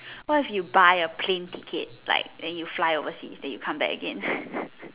what if you buy a plane ticket like then you fly oversea then you come back again